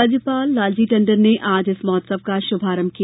राज्यपाल लालजी टंडन ने आज इस महोत्सव का शुभारंभ किया